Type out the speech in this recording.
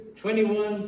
21